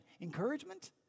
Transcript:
Encouragement